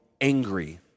angry